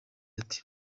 ati